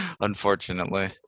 Unfortunately